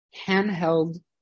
handheld